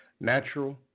natural